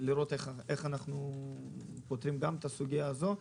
לראות איך פותרים גם את הסוגיה הזאת.